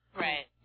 Right